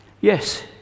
Yes